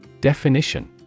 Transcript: Definition